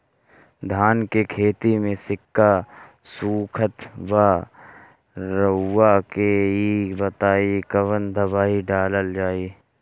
धान के खेती में सिक्का सुखत बा रउआ के ई बताईं कवन दवाइ डालल जाई?